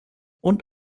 und